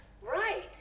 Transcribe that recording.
Right